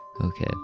Okay